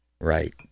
Right